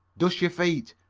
dust your feet,